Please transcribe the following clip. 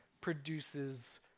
produces